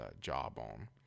jawbone